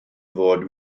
fod